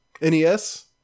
NES